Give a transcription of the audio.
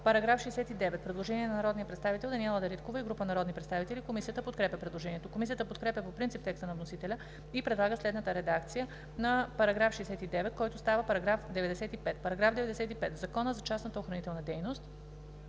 По § 69 има предложение на народния представител Даниела Дариткова и група народни представители. Комисията подкрепя предложението. Комисията подкрепя по принцип текста на вносителя и предлага следната редакция на § 69, който става § 95: „§ 95. В Закона за частната охранителна дейност